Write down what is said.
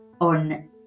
on